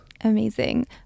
Amazing